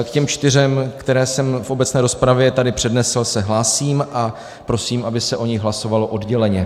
K těm čtyřem, která jsem v obecné rozpravě tady přednesl, se hlásím a prosím, aby se o nich hlasovalo odděleně.